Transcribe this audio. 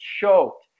choked